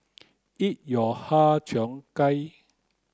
eat your Har Cheong Gai